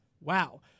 Wow